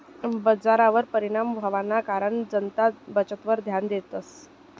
बजारवर परिणाम व्हवाना कारण जनता बचतवर ध्यान देस